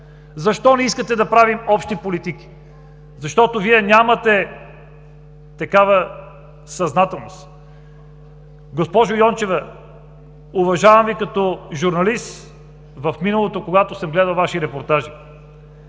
Защо не искате да правим общи политики? Защото Вие нямате такава съзнателност! Госпожо Йончева, уважавам Ви като журналист в миналото, когато съм гледал Ваши репортажи.